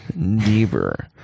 Deeper